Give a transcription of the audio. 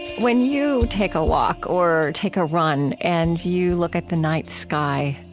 when you take a walk or take a run and you look at the night sky,